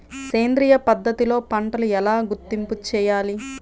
సేంద్రియ పద్ధతిలో పంటలు ఎలా గుర్తింపు చేయాలి?